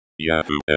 Yahoo